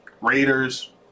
Raiders